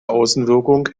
außenwirkung